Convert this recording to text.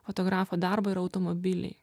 fotografo darbą yra automobiliai